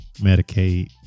Medicaid